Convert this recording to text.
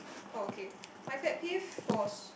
oh okay my pet peeve for s~